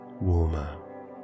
warmer